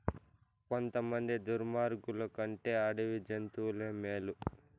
కొంతమంది దుర్మార్గులు కంటే అడవి జంతువులే మేలు